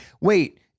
Wait